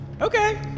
Okay